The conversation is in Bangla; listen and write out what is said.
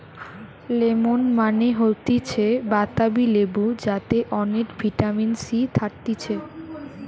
লেমন মানে হতিছে বাতাবি লেবু যাতে অনেক ভিটামিন সি থাকতিছে